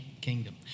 kingdom